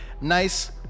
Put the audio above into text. Nice